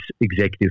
executive